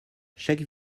chaque